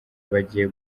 bagiye